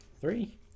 Three